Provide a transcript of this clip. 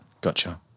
Gotcha